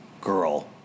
girl